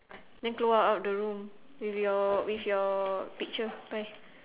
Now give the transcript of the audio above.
then keluar out the room with your with your picture bye